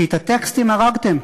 כי את הטקסטים הרגתם.